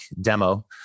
demo